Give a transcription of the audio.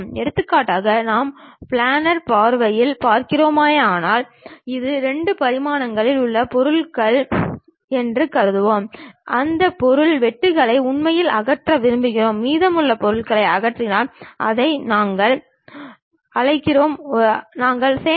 எடுத்துக்காட்டாக நாம் பிளானர் பார்வையில் பார்க்கிறோமானால் இது 2 பரிமாணங்களில் உள்ள பொருள் என்று கருதுவோம் அந்த பொருள் வெட்டுக்களை உண்மையில் அகற்ற விரும்புகிறோம் மீதமுள்ள பொருட்களை அகற்றினால் அதை நாங்கள் அழைக்கிறோம் ஒரு சேம்பர்